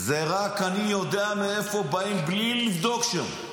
רק אני יודע מאיפה באים בלי לבדוק שם.